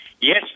Yes